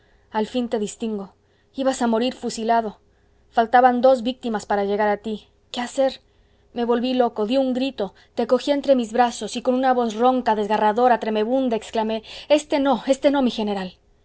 al fin te distingo ibas a morir fusilado faltaban dos víctimas para llegar a ti qué hacer me volví loco dí un grito te cogí entre mis brazos y con una voz ronca desgarradora tremebunda exclamé éste no éste no mi general